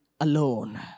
alone